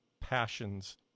passions